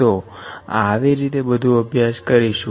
તો આવી રીતે બધું અભ્યાસ કરીશું